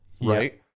right